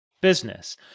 business